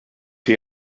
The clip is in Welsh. chi